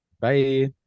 Bye